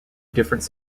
different